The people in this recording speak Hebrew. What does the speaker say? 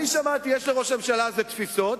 שמעתי שיש לראש הממשלה תפיסות.